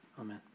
Amen